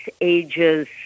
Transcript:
ages